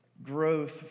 Growth